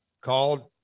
called